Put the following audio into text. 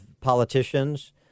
politicians